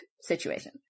situation